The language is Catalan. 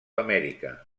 amèrica